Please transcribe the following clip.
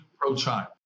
pro-child